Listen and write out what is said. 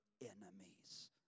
enemies